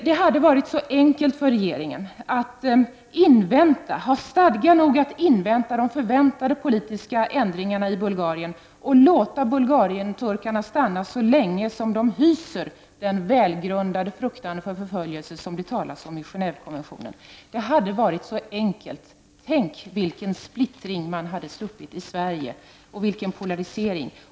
Det hade varit så enkelt för regeringen att ha stadga nog att invänta de förväntade politiska ändringarna i Bulgarien och låta bulgarienturkarna stanna så länge som de hyser den välgrundade fruktan för förföljelse som det talas om i Gentvekonventionen. Det hade varit så enkelt! Tänk vilken splittring och vilken polarisering man hade sluppit i Sverige!